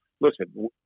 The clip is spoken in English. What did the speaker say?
listen